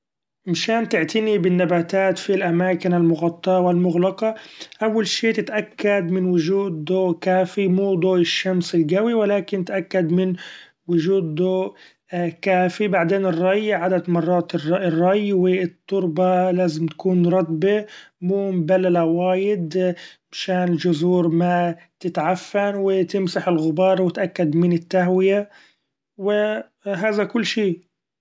مشان تعتني بالنباتات في الأماكن المغطاه و المغلقة أول شي تتأكد من وجود ضو كافي مو ضوء الشمس القوي و لكن تأكد من وجود ضوء كافي ، بعدين الري عدد مرات الري و التربة لازم تكون رطبي مو مبلله وايد مشان الجذور ما تتعفن و تمسح الغبار ، و تأكد من التهويه و هذا كل شي.